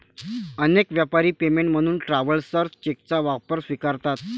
अनेक व्यापारी पेमेंट म्हणून ट्रॅव्हलर्स चेकचा वापर स्वीकारतात